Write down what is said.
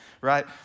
right